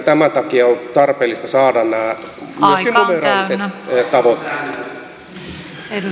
tämän takia on tarpeellista saada myöskin nämä numeraaliset tavoitteet